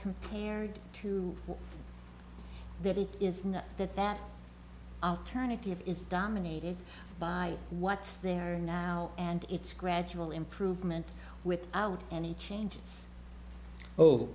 compared to that it is not that that alternative is dominated by what's there now and it's gradual improvement without any changes oh